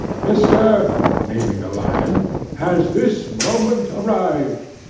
mr naming the lion has this moment arrived